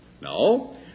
no